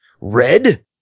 Red